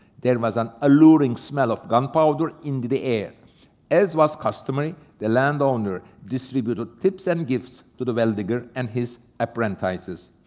there was an alluring smell of gunpowder in the the air. op as was customary, the landowner distributed tips and gifts to the well-digger and his apprentices.